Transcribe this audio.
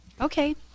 Okay